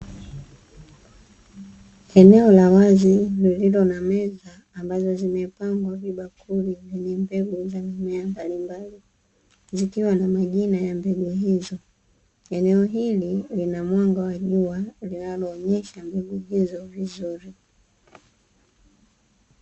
Eneo la wazi lililo na meza ambazo zimepangwa vibakuli zenye mbegu za aina mbalimbali, zikiwa na majina ya mbegu hizo, eneo hili lina mwanga wa jua linaloonyesha mbegu hizo vizuri.